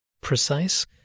precise